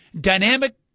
dynamic